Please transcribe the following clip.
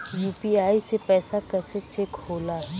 UPI से पैसा कैसे चेक होला?